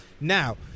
Now